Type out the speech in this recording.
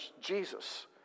Jesus